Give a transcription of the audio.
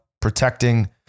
protecting